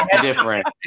different